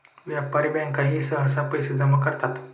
व्यापारी बँकाही सहसा पैसे जमा करतात